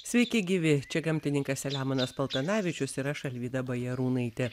sveiki gyvi čia gamtininkas selemonas paltanavičius ir aš alvyda bajarūnaitė